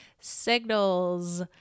signals